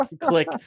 click